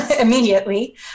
immediately